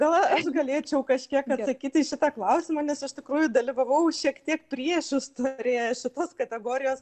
gal aš galėčiau kažkiek atsakyti į šitą klausimą nes iš tikrųjų dalyvavau šiek tiek priešistorėje šitos kategorijos